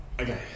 Okay